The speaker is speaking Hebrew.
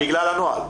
בגלל הנוהל.